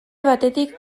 batetik